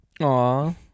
Aw